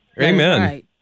Amen